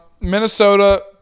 Minnesota